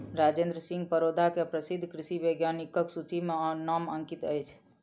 राजेंद्र सिंह परोदा के प्रसिद्ध कृषि वैज्ञानिकक सूचि में नाम अंकित अछि